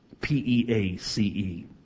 P-E-A-C-E